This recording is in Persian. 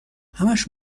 همش